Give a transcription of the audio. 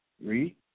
Read